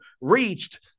reached